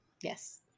Yes